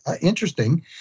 interesting